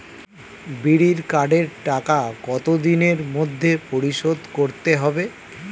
বিড়ির কার্ডের টাকা কত দিনের মধ্যে পরিশোধ করতে হবে?